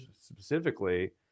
specifically